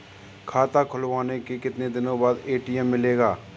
खाता खुलवाने के कितनी दिनो बाद ए.टी.एम मिलेगा?